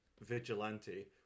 Vigilante